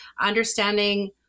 Understanding